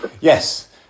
yes